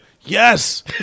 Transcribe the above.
yes